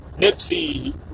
Nipsey